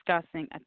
discussing